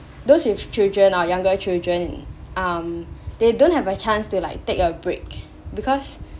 those with children or younger children um they don't have a chance to like take a break because